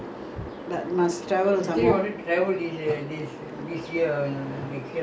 good business lah that [one] okay the business is good but must travel